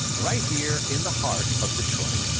right here in the heart of detroit.